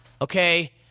Okay